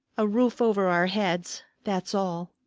a roof over our heads, that's all.